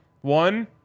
One